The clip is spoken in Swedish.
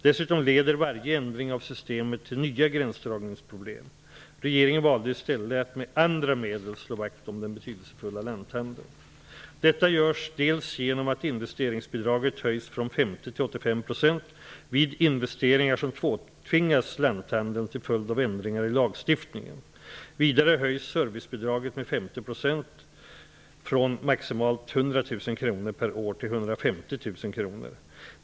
Dessutom leder varje ändring av systemet till nya gränsdragningsproblem. Regeringen valde i stället att med andra medel slå vakt om den betydelsefulla lanthandeln. Detta görs dels genom att investeringsbidraget höjs från 50 % till 85 % vid investeringar som påtvingas lanthandeln till följd av ändringar i lagstiftningen. Vidare höjs servicebidraget med 50 % från maximalt 100 000 kr per år till 150 000 kr.